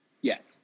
Yes